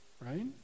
right